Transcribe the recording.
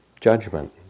judgment